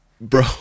bro